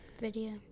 video